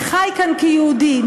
חי כאן כיהודי,